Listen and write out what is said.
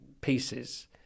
pieces